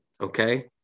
Okay